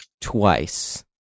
twice